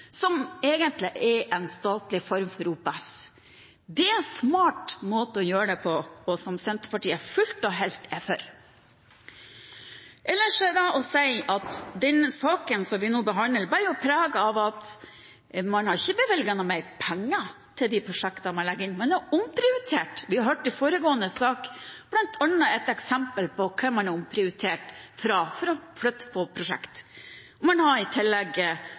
som egentlig er en statlig form for OPS. Det er en smart måte å gjøre det på, og som Senterpartiet fullt og helt er for. Ellers er det å si at den saken vi nå behandler, bærer preg av at man ikke har bevilget mer penger til de prosjektene man legger inn – man har omprioritert. I foregående sak fikk vi bl.a. et eksempel på hva man har omprioritert for å flytte på prosjekter. Man har i tillegg